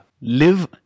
Live